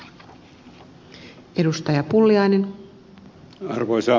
arvoisa puhemies